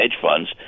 funds